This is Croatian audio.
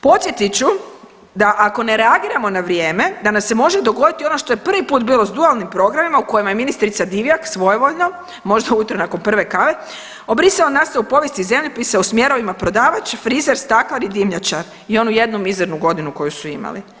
Podsjetit ću da ako ne reagiramo na vrijeme da nam se može dogoditi ono što je prvi put bilo s dualnim programima u kojima je ministrica Divjak svojevoljno, možda ujutro nakon prve kave, obrisala nastavu povijesti i zemljopisa u smjerovima prodavač, frizer, staklar i dimnjačar i onu jednu mizernu godinu koju su imali.